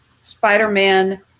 Spider-Man